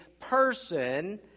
person